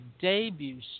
debut